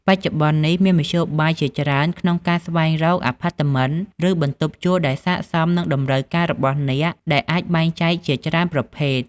បច្ចុប្បន្ននេះ មានមធ្យោបាយជាច្រើនក្នុងការស្វែងរកអាផាតមិន ឬបន្ទប់ជួលដែលស័ក្តិសមនឹងតម្រូវការរបស់អ្នក ដែលអាចបែងចែកជាច្រើនប្រភេទ។